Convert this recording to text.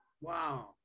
wow